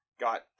got